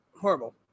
horrible